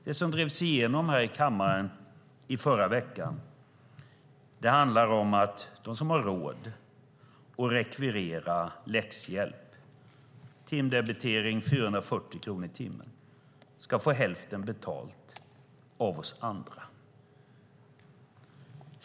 Det som förra veckan drevs igenom i kammaren handlar om att de som har råd att rekvirera läxhjälp, timdebitering 440 kronor, ska få hälften betalt av oss andra.